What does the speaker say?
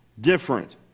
different